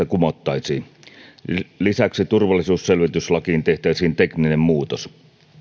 kumottaisiin lisäksi turvallisuusselvityslakiin tehtäisiin tekninen muutos